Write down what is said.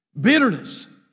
Bitterness